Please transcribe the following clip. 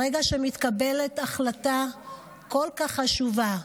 ברגע שמתקבלת החלטה כל כך חשובה,